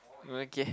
okay